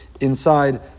inside